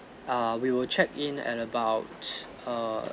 err we will check in at about err